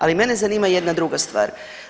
Ali mene zanima jedna druga stvar.